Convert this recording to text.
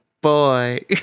boy